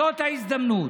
זאת ההזדמנות.